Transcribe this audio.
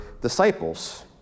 disciples